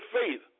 faith